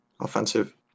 offensive